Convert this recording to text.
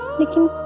make you